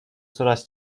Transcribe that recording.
coraz